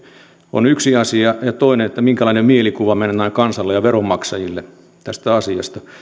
on yksi asia ja toinen on se minkälaisen mielikuvan me annamme kansalle ja veronmaksajille tästä asiasta